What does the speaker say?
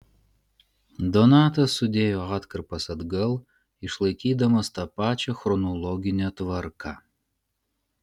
donatas sudėjo atkarpas atgal išlaikydamas tą pačią chronologinę tvarką